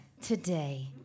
today